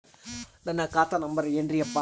ನನ್ನ ಖಾತಾ ನಂಬರ್ ಏನ್ರೀ ಯಪ್ಪಾ?